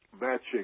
matching